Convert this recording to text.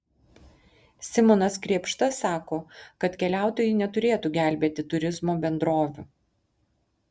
simonas krėpšta sako kad keliautojai neturėtų gelbėti turizmo bendrovių